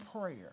prayer